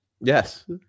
Yes